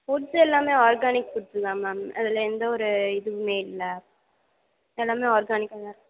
foods எல்லாமே organic foods தான் ma'am அதில் எந்த ஒரு இதுவுமே இல்லை எல்லாமே ஆர்கானிக்காக தான் இருக்குது